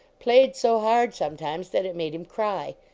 played so hard sometimes that it made him cry.